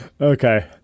Okay